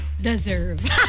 Deserve